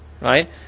Right